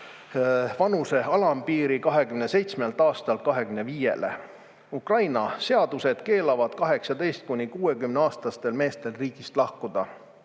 vanuse alampiiri 27 aastalt 25-le. Ukraina seadused keelavad 18–60-aastastel meestel riigist lahkuda.